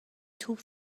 توپ